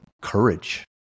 courage